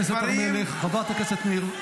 --- חברת הכנסת ניר.